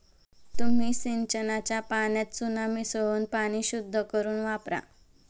तुम्ही सिंचनाच्या पाण्यात चुना मिसळून पाणी शुद्ध करुन वापरा